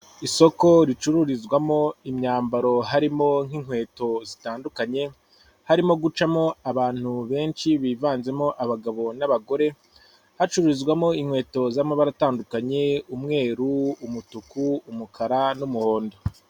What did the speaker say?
Isoko ricururizwamo imyambaro harimo nk'inkweto zitandukanye, harimo gucamo abantu benshi bivanzemo abagabo n'abagore, hacururizwamo inkweto z'amabara atandukanye, umweru umutuku umukara n'umuhondo.